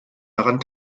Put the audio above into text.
daran